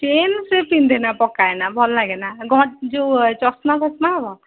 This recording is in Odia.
ଚେନ୍ ସିଏ ପିନ୍ଧେନା ପକାଏନା ଭଲ ଲାଗେନା ଯୋଉ ଚଷମା ଫସମା ହେବ